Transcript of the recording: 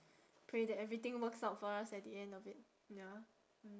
pray that everything works out for us at the end of it ya mm